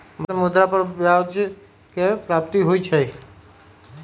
बचत में मुद्रा पर ब्याज के प्राप्ति होइ छइ